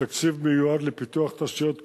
התקציב מיועד לפיתוח תשתיות כבישים,